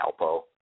Alpo